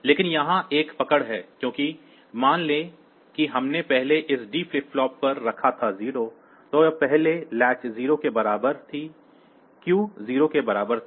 लेकिन यहाँ एक पकड़ है क्योंकि मान लें कि हमने पहले इस डी फ्लिप फ्लॉप पर रखा था 0 तो पहले यह लैच 0 के बराबर थी क्यू 0 के बराबर था